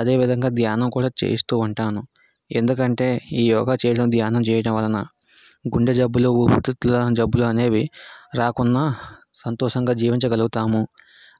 అదే విధంగా ధ్యానం కూడా చేయిస్తూ ఉంటాను ఎందుకంటే ఈ యోగ చెయ్యటం ధ్యానం చెయ్యటం వలన గుండె జబ్బులు ఊపిరితిత్తుల జబ్బులు అనేవి రాకుండా సంతోషంగా జీవించగలుగుతానుము